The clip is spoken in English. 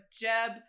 Jeb